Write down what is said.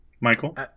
Michael